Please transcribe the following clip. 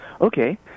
Okay